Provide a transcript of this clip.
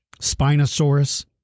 Spinosaurus